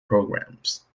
programs